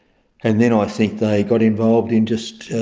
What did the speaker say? and then i think they got involved in just,